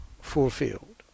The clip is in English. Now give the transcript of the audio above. fulfilled